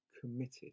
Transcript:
committed